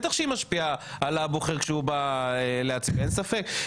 בטח שהיא משפיעה על הבוחר כשהוא בא להצביע איין ספק,